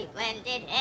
Blended